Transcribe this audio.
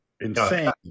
insane